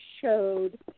showed